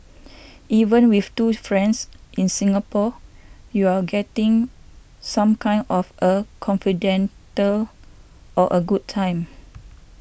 even with two friends in Singapore you're getting some kind of a confidante or a good time